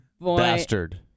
bastard